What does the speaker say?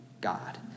God